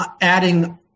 adding